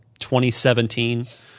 2017